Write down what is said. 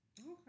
Okay